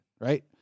right